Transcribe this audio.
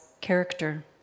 character